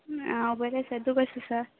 आंव बरें आसा तूं कशें आसा